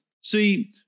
See